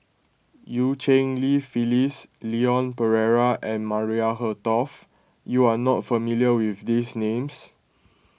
Eu Cheng Li Phyllis Leon Perera and Maria Hertogh you are not familiar with these names